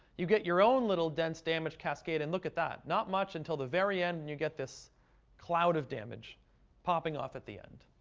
you get your own little dense damage cascade. and look at that, not much until the very end when and you get this cloud of damage popping off at the end.